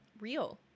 Real